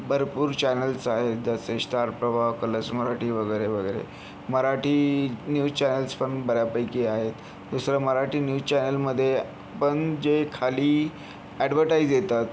भरपूर चॅनल्स आहेत जसे स्टार प्रवाह कलर्स मराठी वगैरे वगैरे मराठी न्यूज चॅनल्स पण बऱ्यापैकी आहेत दुसरं मराठी न्यूज चॅनेल मध्ये पण जे खाली एडवर्टाइज येतात